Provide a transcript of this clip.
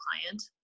client